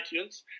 iTunes